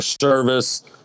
service